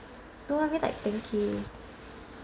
no I mean like ten K